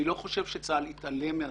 אני לא חושב שצה"ל התעלם מדבריך,